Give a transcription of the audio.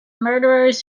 murderers